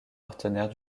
partenaires